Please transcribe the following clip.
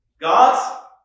God's